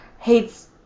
hates